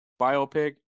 biopic